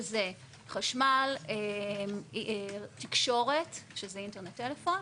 שזה חשמל, תקשורת, שזה אינטרנט טלפון,